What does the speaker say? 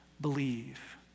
believe